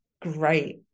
great